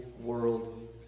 world